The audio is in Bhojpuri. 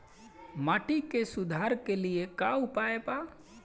माटी के सुधार के लिए का उपाय बा?